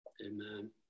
Amen